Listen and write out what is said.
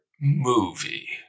movie